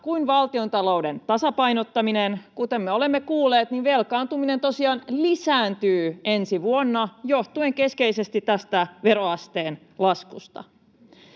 kuin valtiontalouden tasapainottaminen. Kuten me olemme kuulleet, velkaantuminen tosiaan lisääntyy ensi vuonna johtuen keskeisesti tästä veroasteen laskusta.